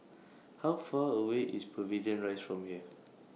How Far away IS Pavilion Rise from here